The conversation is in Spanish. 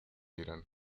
irán